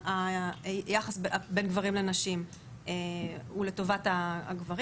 היחס בין גברים לנשים הוא לטובת הגברים.